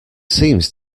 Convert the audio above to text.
seems